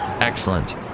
Excellent